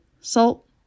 salt